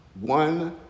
One